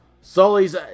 Sully's